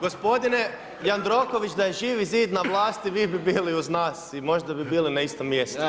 Gospodine Jandroković, da je Živi zid na vlasti vi bi bili uz nas i možda bi bili na istom mjestu.